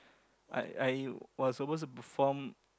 I I was supposed to perform